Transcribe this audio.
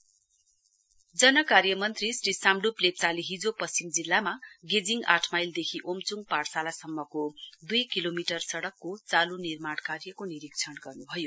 LN Sharma जन कार्यमन्त्री श्री साम्ड्यप लेप्चाले हिजो पश्चिम जिल्लामा गेजिङ आठ माइलदेखि ओमच्ङ पाठशालासम्मको दूई किलोमिटर सडकको चाल् निर्माणकार्यको निरीक्षण गर्न्भयो